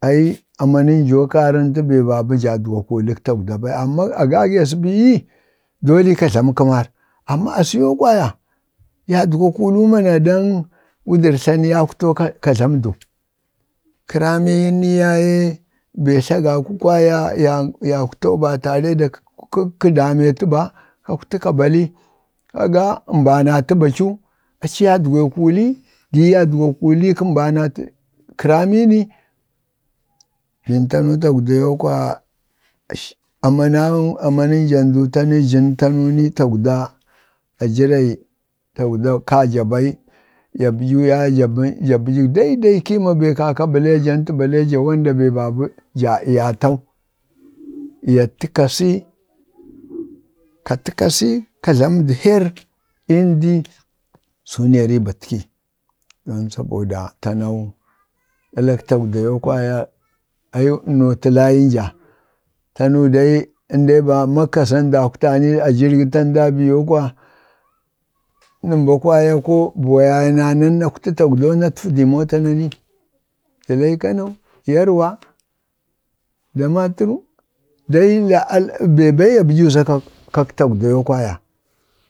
ai amanən joo karən tə be babə jadgwa kulək tagwda bi ai, amma agaji aza ɓii yi, ddi ka tlama kəmar, amma aza yoo kwaya, yadgwa kuluu mana dan wudər tlani yakwto ka tlamdu kəramini yaye be tlagaku kwaya ya yaŋ yakwto ba tare da ka-ka damee tu ba, kawti ka bali, kaga əmbanatə bacu, aci yii adgwee kuli, gi yi yadgwee kuli kambana tə kərami ni bin tanu tagwda too kwaya amanau, amandajan du tanu ni tagwda a jirci tagdwa kaja bai ya baɗyu yaye ya bəɗyu dai dai kiima be kaka ablejanə, ta baleeja be babə ya iyatau ya ti kasi kati ka si, ka tlamədu her ii ndi, su ne ribat ki, bin saboda ta mu ɗalak tagwda yoo kwaya ai nootle layin ja, tanu dai in dai ba maka za ndakwtani a jirgi tandani bii kwaya, ko buwa ya ye nan nakwto tagwdo nan natfədi mota bini ii kanau ii yarwa, damaturu, dai be dai ya ɓaɗyu za kaka kak tagwda yoo kwaya